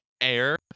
Air